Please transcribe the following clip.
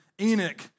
Enoch